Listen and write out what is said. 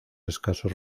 escasos